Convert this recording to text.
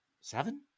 seven